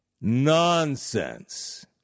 Nonsense